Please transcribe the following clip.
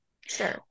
Sure